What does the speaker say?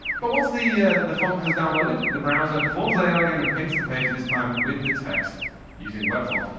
but once the the font has downloaded, the browser performs ah again and paints the page this time with the text using the web font.